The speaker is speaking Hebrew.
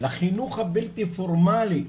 לחינוך הבלתי פורמלי,